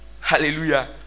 Hallelujah